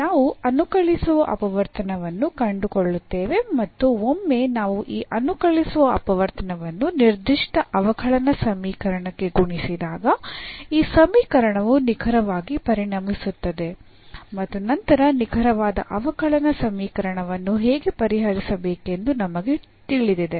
ನಾವು ಅನುಕಲಿಸುವ ಅಪವರ್ತನವನ್ನು ಕಂಡುಕೊಳ್ಳುತ್ತೇವೆ ಮತ್ತು ಒಮ್ಮೆ ನಾವು ಈ ಅನುಕಲಿಸುವ ಅಪವರ್ತನವನ್ನು ನಿರ್ದಿಷ್ಟ ಅವಕಲನ ಸಮೀಕರಣಕ್ಕೆ ಗುಣಿಸಿದಾಗ ಈ ಸಮೀಕರಣವು ನಿಖರವಾಗಿ ಪರಿಣಮಿಸುತ್ತದೆ ಮತ್ತು ನಂತರ ನಿಖರವಾದ ಅವಕಲನ ಸಮೀಕರಣವನ್ನು ಹೇಗೆ ಪರಿಹರಿಸಬೇಕೆಂದು ನಮಗೆ ತಿಳಿದಿದೆ